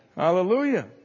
Hallelujah